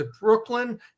Brooklyn